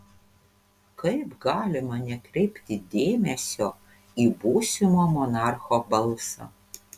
kaip galima nekreipti dėmesio į būsimo monarcho balsą